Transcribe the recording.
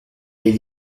les